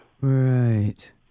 Right